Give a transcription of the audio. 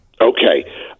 Okay